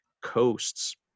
coasts